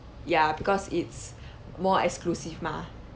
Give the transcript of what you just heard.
ya because it's more exclusive mah